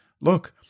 look